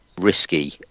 risky